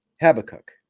Habakkuk